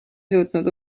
suutnud